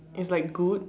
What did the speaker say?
it's like good